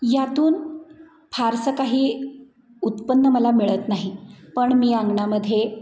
यातून फारसं काही उत्पन्न मला मिळत नाही पण मी अंगणामध्ये